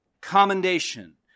commendation